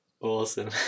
awesome